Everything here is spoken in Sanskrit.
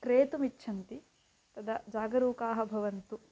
क्रेतुमिच्छन्ति तदा जागरूकाः भवन्तु